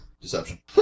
Deception